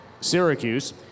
Syracuse